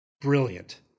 brilliant